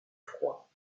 froid